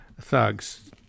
thugs